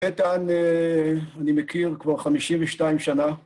את איתן אני מכיר כבר 52 שנה.